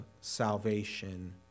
salvation